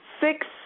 six